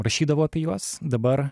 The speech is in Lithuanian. rašydavau apie juos dabar